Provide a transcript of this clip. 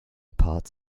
parts